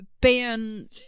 ban